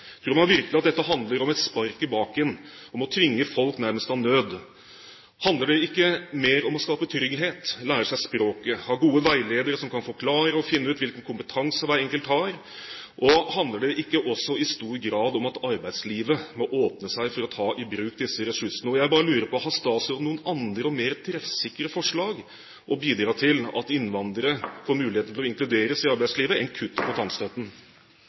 Tror man virkelig at dette handler om et spark i baken og om å tvinge folk nærmest av nød? Handler det ikke mer om å skape trygghet, lære seg språket, ha gode veiledere som kan forklare og finne ut hvilken kompetanse hver enkelt har, og handler det ikke også i stor grad om at arbeidslivet må åpne seg for å ta i bruk disse ressursene? Jeg bare lurer på: Har statsråden noen andre og mer treffsikre forslag som bidrar til at innvandrere får mulighet til å inkluderes i arbeidslivet, enn kutt i kontantstøtten?